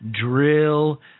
Drill